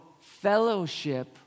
fellowship